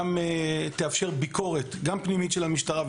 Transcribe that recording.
וזה גם יאפשר ביקורת חיצונית ופנימית של המשטרה,